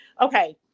okay